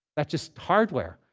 that just hardware.